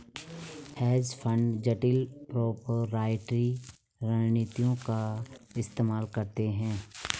hedge fund जटिल proprietary रणनीतियों का इस्तेमाल करते हैं